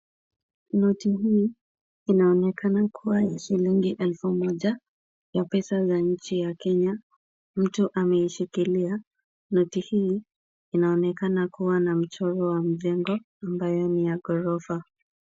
Noti hii inaonekana kuwa ya shilingi elfu moja ya pesa za nchi ya Kenya. Mtu ameishikilia, noti hii inaonekana kuwa na mchoro wa mjengo ambayo ni ya ghorofa.